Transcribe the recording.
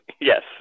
Yes